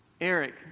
Eric